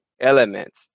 elements